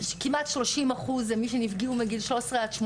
כמעט 30 אחוז הם מי שנפגעו מגיל 13-18,